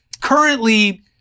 currently